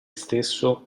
stesso